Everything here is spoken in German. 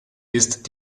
ist